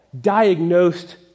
diagnosed